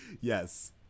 Yes